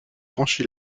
franchi